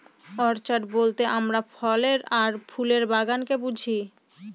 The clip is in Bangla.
অর্চাড বলতে আমরা ফলের আর ফুলের বাগানকে বুঝি